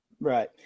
Right